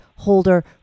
holder